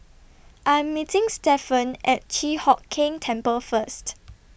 I Am meeting Stephen At Chi Hock Keng Temple First